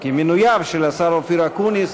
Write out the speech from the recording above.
מינויו של השר אופיר אקוניס